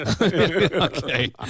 Okay